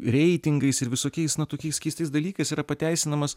reitingais ir visokiais na tokiais keistais dalykais yra pateisinamas